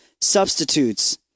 substitutes